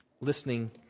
Listening